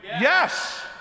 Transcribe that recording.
yes